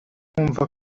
numva